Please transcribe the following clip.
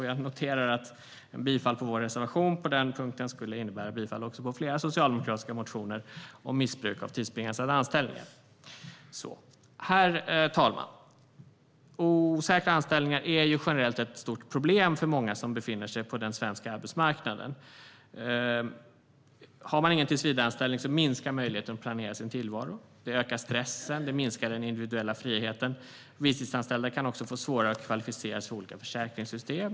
Jag noterar att bifall för vår reservation på den punkten skulle innebära bifall också för flera socialdemokratiska motioner om missbruk av tidsbegränsade anställningar. Herr talman! Osäkra anställningar är generellt ett stort problem för många som befinner sig på den svenska arbetsmarknaden. Har man ingen tillsvidareanställning minskar möjligheten att planera sin tillvaro. Det ökar stressen och minskar den individuella friheten. Visstidsanställda kan också få svårare att kvalificera sig för olika försäkringssystem.